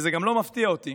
וזה גם לא מפתיע אותי